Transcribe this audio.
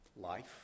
life